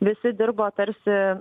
visi dirbo tarsi